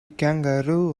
kangaroo